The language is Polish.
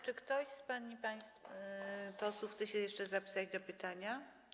Czy ktoś z pań i panów posłów chce się jeszcze zapisać do pytania?